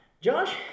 Josh